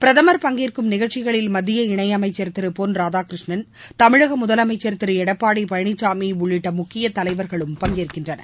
பிரதமர் பங்கேற்கும் நிகழ்ச்சிகளில் மத்திய இணையமைச்சர் திரு பொன் ராதாகிருஷ்ணன் தமிழக முதலமைச்சர் திரு எடப்பாடி பழனிசாமி உள்ளிட்ட முக்கிய தலைவர்களும் பங்கேற்கின்றனர்